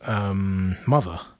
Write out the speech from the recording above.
mother